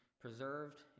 preserved